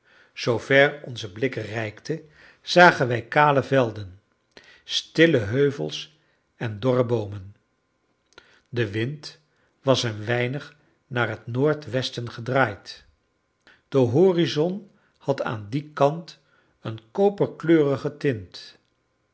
zoover onze blik reikte zagen wij kale velden stille heuvels en dorre boomen de wind was een weinig naar het noordwesten gedraaid de horizon had aan dien kant een koperkleurige tint